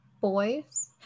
boys